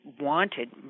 wanted